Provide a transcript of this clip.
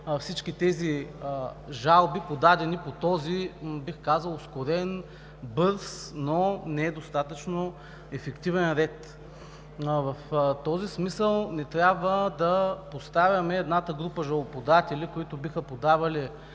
всички жалби, подадени по този, бих казал, ускорен, бърз, но не достатъчно ефективен ред. В този смисъл не трябва да поставяме едната група жалбоподатели, които биха подавали